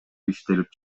иштелип